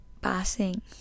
passing